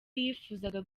yifuzaga